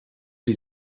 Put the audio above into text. die